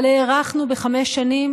אבל הארכנו בחמש שנים